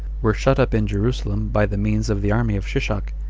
were shut up in jerusalem by the means of the army of shishak,